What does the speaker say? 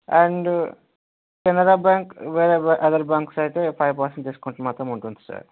and Canara bank వేరే other bank అయితే five percent discount మాత్రం ఉంటుంది సార్